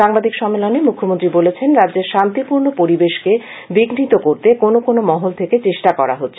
সাংবাদিক সম্মেলনে মুখ্যমন্ত্রী বলেছেন রাজ্যের শান্তিপূর্ণ পরিবেশকে বিঘ্নিত করতে কোনও কোনও মহল থেকে চেষ্টা করা হচ্ছে